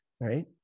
right